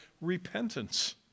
repentance